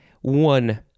One